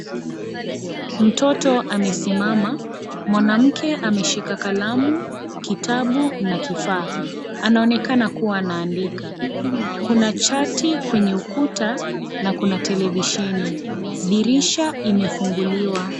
Mtoto amesimama. Mwanamke ameshika kalamu, kitabu, na kifaa. Anaonekana kuwa anaandika. Kuna chati kwenye ukuta na kuna televisheni. Dirisha imefunguliwa.